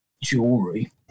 Jewelry